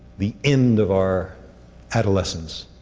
the end of our adolescence.